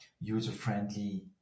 user-friendly